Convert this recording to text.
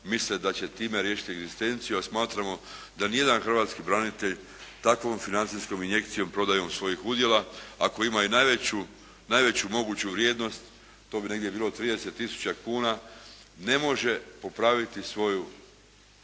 misle da će time riješiti egzistenciju a smatramo da nijedan hrvatski branitelj takvom financijskom injekcijom prodajom svojih udjela ako ima i najveću moguću vrijednost, to bi negdje bilo 30 tisuća kuna, ne može popraviti svoju